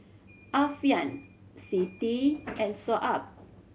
Alfian Siti and Shoaib